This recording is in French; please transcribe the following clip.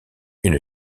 une